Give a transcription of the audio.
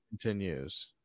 Continues